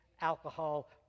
alcohol